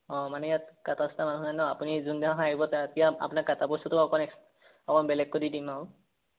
অঁ মানে ইয়াত কাটা চাটা নহয় ন আপুনি যোনদিনাখন আহিব তেতিয়া আপোনাৰ কাটা বস্তুটো অকণ অঁ বেলেগকে দি দিম আৰু